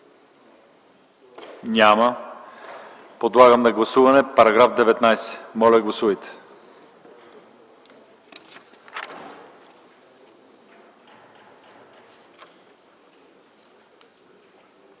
Няма. Подлагам на гласуване § 19, моля гласувайте.